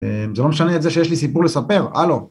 זה לא משנה את זה שיש לי סיפור לספר, הלו